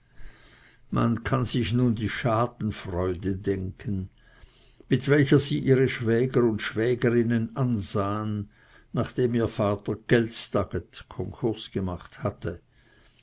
man kann sich nun die schadenfreude denken mit welcher sie ihre schwäger und schwägerinnen ansahen nachdem ihr vater geldstaget hatte